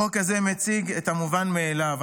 החוק הזה מציג את המובן מאליו,